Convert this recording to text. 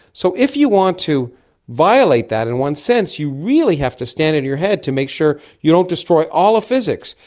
so if you want to violate that, in one sense you really have to stand on your head to make sure you don't destroy all of physics,